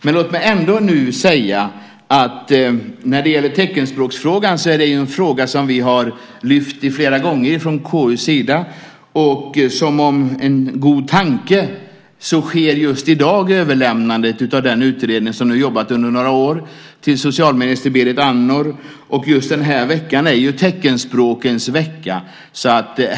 Men låt mig ändå nu säga att teckenspråksfrågan är en fråga som vi har lyft fram flera gånger från KU:s sida. Som en god tanke sker just i dag överlämnandet av betänkandet från den utredning som nu jobbat under några år till socialminister Berit Andnor, och just den här veckan är ju också teckenspråkens vecka.